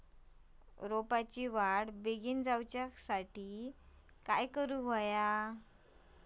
रोपाची वाढ बिगीन जाऊच्या खातीर काय करुचा?